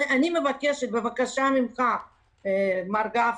אני מבקשת, מר גפני,